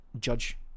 judge